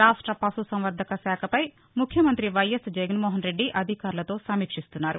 రాష్ట్ర పశుసంవర్దక శాఖపై ముఖ్యమంతి వైఎస్ జగన్మోహన్ రెడ్డి అధికారులతో సమీక్షిస్తున్నారు